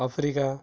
Africa